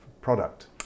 product